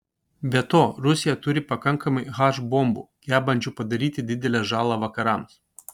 be to rusija turi pakankamai h bombų gebančių padaryti didelę žalą vakarams